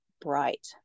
bright